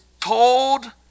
told